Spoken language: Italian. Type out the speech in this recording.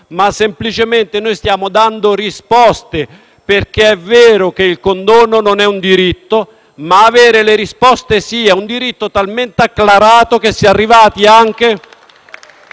ma semplicemente stiamo dando risposte. È vero, infatti, che il condono non è un diritto, ma lo è avere le risposte; ed è un diritto talmente acclarato che si è arrivati anche